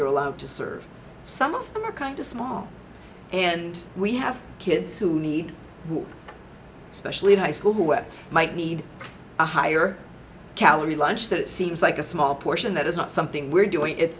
you're allowed to serve some of them are kind of small and we have kids who need especially in high school who are might need a higher calorie lunch that seems like a small portion that is not something we're doing it